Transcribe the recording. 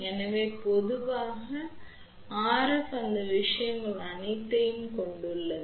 எனவே பொதுவாக RF அந்த விஷயங்கள் அனைத்தையும் கொண்டுள்ளது